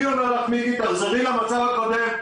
מיקי, תחזרי למצב הקודם.